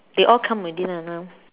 they all come already lah now